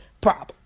problem